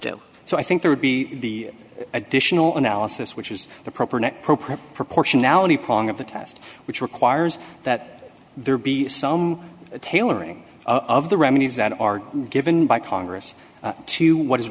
do so i think there would be the additional analysis which is the proper net propre proportionality prong of the test which requires that there be some tailoring of the remedies that are given by congress to what is